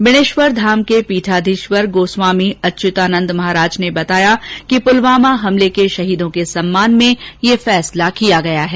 बेणेश्वर धाम के पीठाधीश्वर गोस्वामी अच्युतानंद महाराज ने बताया कि पुलवामा हमले के शहीदों के सम्मान में ये फैसला किया गया है